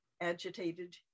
agitated